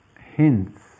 hints